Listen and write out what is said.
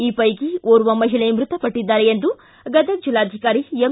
ಈ ಪೈಕಿ ಒರ್ವ ಮಹಿಳೆ ಮೃತಪಟ್ಟದ್ದಾರೆ ಎಂದು ಗದಗ ಜಿಲ್ಲಾಧಿಕಾರಿ ಎಂ